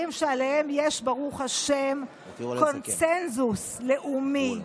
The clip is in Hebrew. שעליהם יש ברוך השם קונסנזוס לאומי.